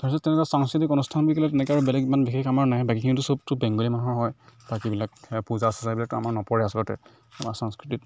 তাৰ পিছত তেনেকৈ সাংস্কৃতিক অনুষ্ঠান বুলি ক'লে তেনেকৈ আৰু বেলেগ ইমান বিশেষ আমাৰ নাই বাকীখিনিতো চবতো বেংগলী মানুহৰ হয় বাকীবিলাক পূজা চুজা সেইবিলাকতো আমাৰ নপৰে আচলতে আমাৰ সংস্কৃতিত